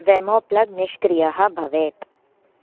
वेमो प्लग् निष्क्रियः भवेत्